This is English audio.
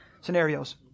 scenarios